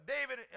David